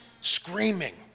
screaming